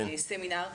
בסמינר,